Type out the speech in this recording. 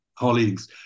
colleagues